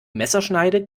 messerschneide